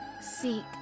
seek